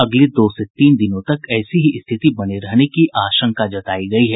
अगले दो से तीन दिनों तक ऐसी ही स्थिति बने रहने की आशंका जतायी गई है